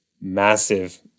massive